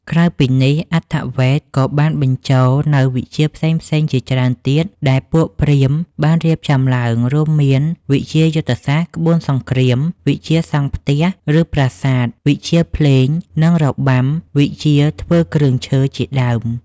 ក្រៅពីនេះ អថវ៌េទក៏បានបញ្ចូលនូវ វិជ្ជាផ្សេងៗជាច្រើនទៀត ដែលពួកព្រាហ្មណ៍បានរៀបចំឡើង រួមមាន វិជ្ជាយុទ្ធសាស្ត្រ ក្បួនសង្គ្រាម វិជ្ជាសង់ផ្ទះ ឬប្រាសាទ វិជ្ជាភ្លេង និងរបាំ វិជ្ជាធ្វើគ្រឿងឈើ ជាដើម។